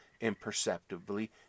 imperceptibly